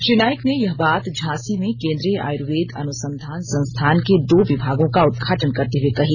श्री नाइक ने यह बात झांसी में केन्द्रीय आयुर्वेद अनुसंधान संस्थान के दो विभागों का उद्घाटन करते हुए कही